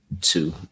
two